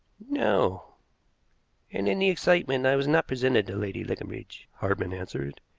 no and in the excitement i was not presented to lady leconbridge, hartmann answered.